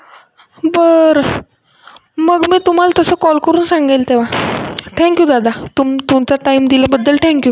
बरं मग मी तुम्हाला तसं कॉल करून सांगेल तेव्हा थँक यू दादा तुम तुमचा टाइम दिल्याबद्दल थँक यू